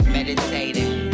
Meditating